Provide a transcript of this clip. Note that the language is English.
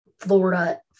Florida